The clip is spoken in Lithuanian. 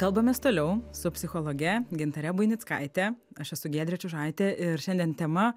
kalbamės toliau su psichologe gintare buinickaite aš esu giedrė čiužaitė ir šiandien tema